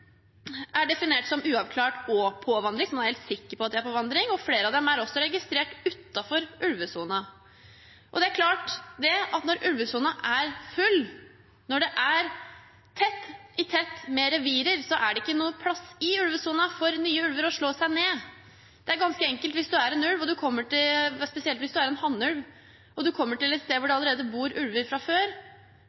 er definert med uavklart status og på vandring, så man er helt sikker på at de er på vandring, og flere av dem er også registrert utenfor ulvesonen. Og når ulvesonen er full, når det er tett i tett med revirer, er det ikke plass i ulvesonen for nye ulver til å slå seg ned. Det er ganske enkelt: Hvis en hannulv kommer til et sted hvor det allerede bor ulver fra før, går han videre fordi han kan risikere å bli drept hvis han går inn og prøver å ta over et eksisterende revir. Det